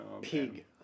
Pig